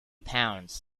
pounds